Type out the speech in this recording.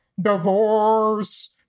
Divorce